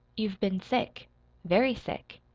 you've been sick very sick.